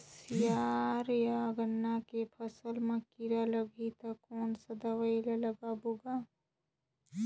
कोशियार या गन्ना के फसल मा कीरा लगही ता कौन सा दवाई ला लगाबो गा?